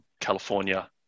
California